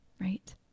right